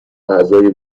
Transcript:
اعضای